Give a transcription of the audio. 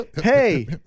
Hey